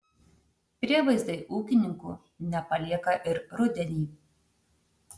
prievaizdai ūkininkų nepalieka ir rudenį